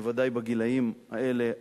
ובוודאי בגילים האלה,